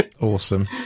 awesome